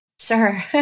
Sure